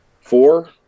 four